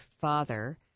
father